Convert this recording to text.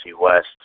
West